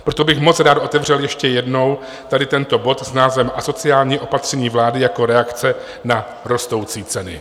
Proto bych moc rád otevřel ještě jednou tady tento bod s názvem Asociální opatření vlády jako reakce na rostoucí ceny.